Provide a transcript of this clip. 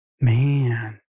Man